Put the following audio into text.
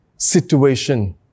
Situation